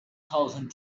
thousand